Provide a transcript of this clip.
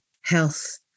health